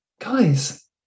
guys